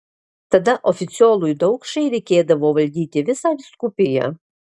tada oficiolui daukšai reikėdavo valdyti visą vyskupiją